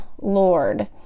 Lord